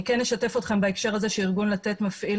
אני כן אשתף אתכם בהקשר הזה ואומר שארגון לתת מפעיל